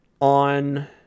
on